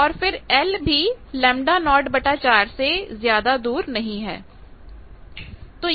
और फिर l भी λ0 4 से ज्यादा दूर नहीं है